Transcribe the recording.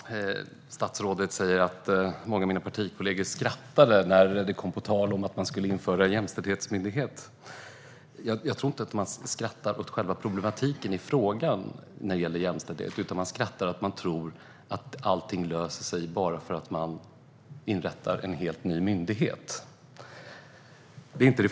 Herr talman! Statsrådet säger att många av mina partikollegor skrattade när det kom på tal att man skulle införa en jämställdhetsmyndighet. Jag tror inte att de skrattar åt själva problematiken i frågan om jämställdhet, utan de skrattar åt att man tror att allting löser sig bara för att man inrättar en helt ny myndighet.